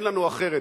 אין לנו אחרת.